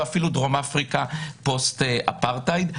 ואפילו דרום אפריקה פוסט אפרטהייד,